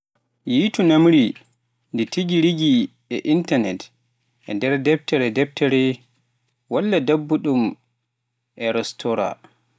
Yiytu ñamri ndii tigi-rigi e internet, e nder defte defte, walla ɗaɓɓu ɗum e restoraa.